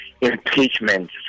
impeachment